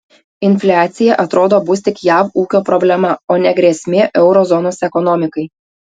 infliacija atrodo bus tik jav ūkio problema o ne grėsmė euro zonos ekonomikai